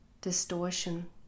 distortion